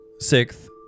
Sixth